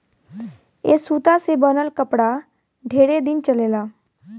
ए सूता से बनल कपड़ा ढेरे दिन चलेला